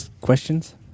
questions